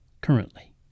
currently